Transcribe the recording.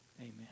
amen